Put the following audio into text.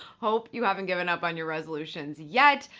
hope you haven't given up on your resolutions yet,